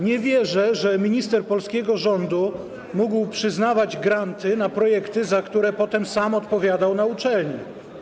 Nie wierzę, że minister polskiego rządu mógł przyznawać granty na projekty, za które potem sam odpowiadał na uczelni.